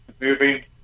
movie